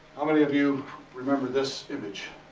how many of you remember this image,